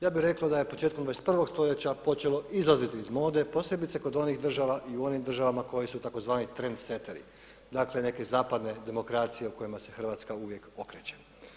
Ja bih rekao da je početkom 21. stoljeća počelo izlaziti iz mode posebice kod onih država i u onim državama koji su tzv. trendsetteri, dakle neke zapadne demokracije kojima se Hrvatska uvijek okreće.